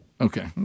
Okay